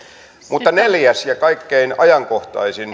mutta neljäs ja kaikkein ajankohtaisin